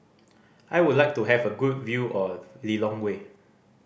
I would like to have a good view of Lilongwe